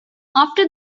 after